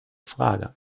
frage